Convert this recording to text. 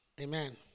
Amen